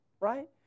right